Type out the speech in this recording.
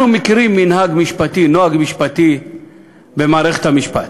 אנחנו מכירים נוהג משפטי במערכת המשפט: